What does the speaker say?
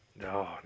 no